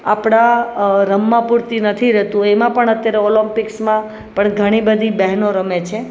આપણા રમવા પૂરતી નથી રહેતું એમાં પણ અત્યારે ઓલમ્પિક્સમાં પણ ઘણી બધી બહેનો રમે છે